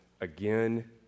again